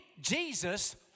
Jesus